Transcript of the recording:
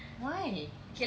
why